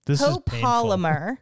copolymer